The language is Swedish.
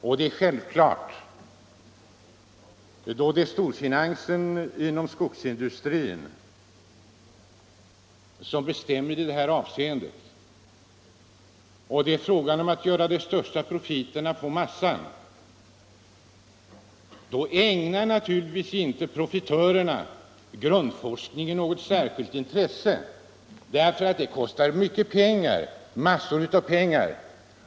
Och det är självklart, eftersom det är storfinansen inom skogsindustrin som bestämmer i detta avseende. Det är fråga om att göra de största profiterna på massan. Då ägnar naturligtvis profitörerna inte grundforskningen något särskilt intresse, därför att den kostar massor av pengar.